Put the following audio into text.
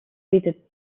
bietet